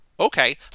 Okay